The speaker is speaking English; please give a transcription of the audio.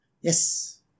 Yes